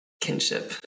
kinship